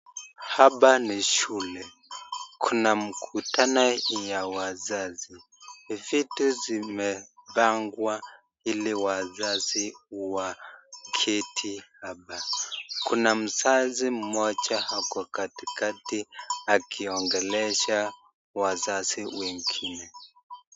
Hapa ni shule, kuna mkutano ya wazazi, viti zimepangwa ili wazazi waketi hapa, kuna mzazi mmoja ako katikati akiongelesha wazazi wengine.